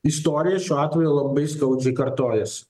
istorija šiuo atveju labai skaudžiai kartojasi